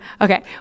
Okay